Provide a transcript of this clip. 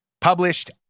published